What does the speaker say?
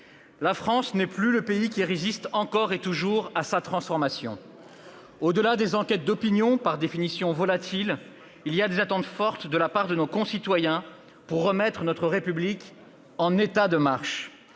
la France n'est plus le pays qui résiste encore et toujours à sa transformation. Au-delà des enquêtes d'opinion, par définition volatiles, il y a des attentes fortes de la part de nos concitoyens pour remettre notre République en état de marche.